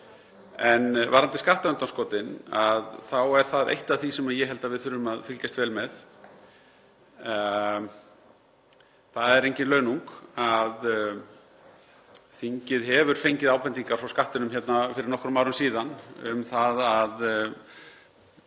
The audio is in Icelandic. Varðandi skattundanskotin þá er það eitt af því sem ég held að við þurfum að fylgjast vel með. Það er engin launung að þingið fékk ábendingar frá Skattinum fyrir nokkrum árum síðan um það að